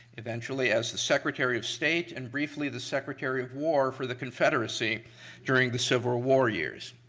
eventually as the secretary of state and briefly the secretary of war for the confederacy during the civil war years